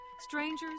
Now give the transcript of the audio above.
strangers